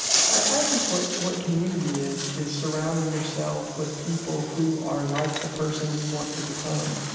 i think what what community is, is surrounding yourself with people who are like the person you want to become.